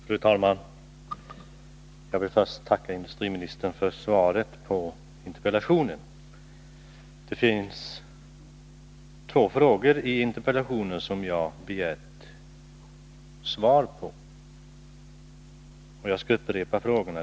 Fru talman! Jag vill först tacka industriministern för svaret på interpellationen. Det finns två frågor i interpellationen som jag begärt svar på, och jag skall upprepa frågorna.